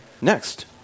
next